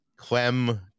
Clem